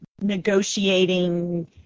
negotiating